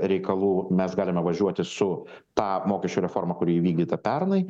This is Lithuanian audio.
reikalų mes galime važiuoti su ta mokesčių reforma kuri įvykdyta pernai